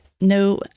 No